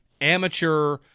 amateur